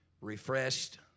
refreshed